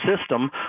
system